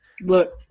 Look